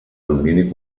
domini